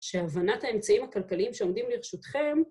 שהבנת האמצעים הכלכליים שעומדים לרשותכם...